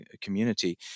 community